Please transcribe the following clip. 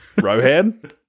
Rohan